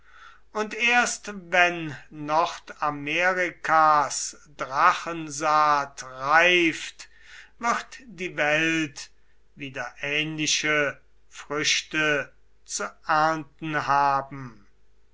und erst wenn nordamerikas drachensaat reift wird die welt wieder ähnliche früchte zu ernten haben